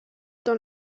dans